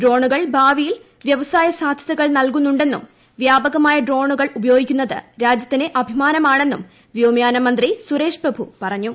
ഡ്രോണുകൾ ഭാവിയിൽ വൃവസായ സാധൃതകൾ നല്കുന്നു ണ്ടെന്നും വ്യാപകമായി ഡ്രോണുകൾ ഉപയോഗിക്കുന്നത് രാജ്യ ത്തിന് അഭിമാനമാണെന്നും വ്യോമയാനമന്ത്രി സുരേഷ് പ്രഭു പറഞ്ഞു